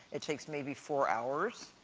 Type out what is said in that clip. it takes maybe four hours.